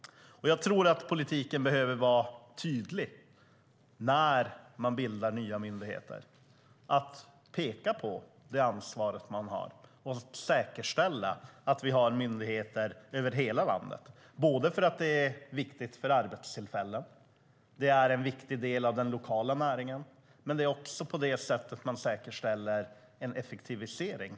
Jag tror att politiken behöver vara tydlig när man bildar nya myndigheter och peka på det ansvar man har och säkerställa att vi har myndigheter över hela landet. Det är viktigt för arbetstillfällena, och det är en viktig del av den lokala näringen, men det är också på det sättet man säkerställer en effektivisering.